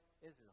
Israel